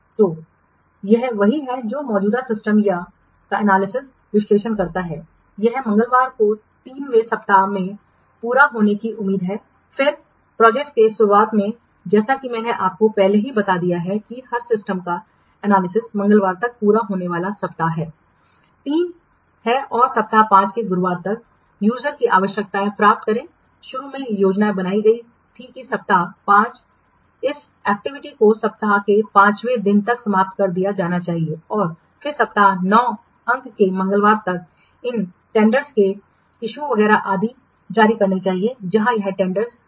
तो यह वही है जो मौजूदा सिस्टम का एनालिसिसविश्लेषण करता है यह मंगलवार को 3 वें सप्ताह में पूरा होने की उम्मीद है और फिर प्रोजेक्ट की शुरुआत में जैसा कि मैंने आपको पहले ही बता दिया है कि हर सिस्टम का एनालिसिस मंगलवार तक पूरा होने वाला है सप्ताह 3 और सप्ताह 5 के गुरुवार तक यूज़रउपयोगकर्ता की आवश्यकताएं प्राप्त करें शुरू में योजना बनाई गई थी कि सप्ताह 5 इस एक्टिविटी को सप्ताह के 5 वें दिन तक समाप्त कर दिया जाना चाहिए और फिर सप्ताह 9 अंक के मंगलवार तक इन टेंडर के मुद्दों वगैरह जारी करना है जहां यह टेंडर के मुद्दों है